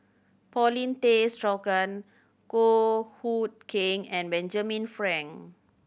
Paulin Tay Straughan Goh Hood Keng and Benjamin Frank